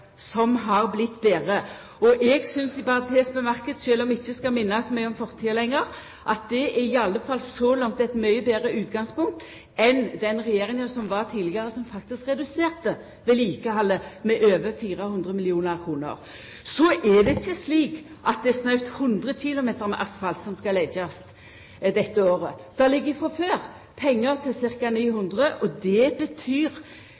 som har vorte betre. Eg synest – sjølv om vi ikkje skal minnast så mykje om fortida lenger – at det i alle fall så langt er eit mykje betre utgangspunkt enn utgangspunktet til den regjeringa som var tidlegare, som faktisk reduserte vedlikehaldet med over 400 mill. kr. Så er det ikkje slik at det er snautt 100 km med asfalt som skal leggjast dette året. Det ligg frå før pengar til ca. 900 km, og det betyr